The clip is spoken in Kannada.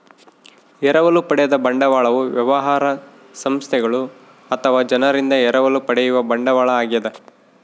ಎರವಲು ಪಡೆದ ಬಂಡವಾಳವು ವ್ಯವಹಾರ ಸಂಸ್ಥೆಗಳು ಅಥವಾ ಜನರಿಂದ ಎರವಲು ಪಡೆಯುವ ಬಂಡವಾಳ ಆಗ್ಯದ